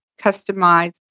customize